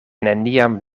neniam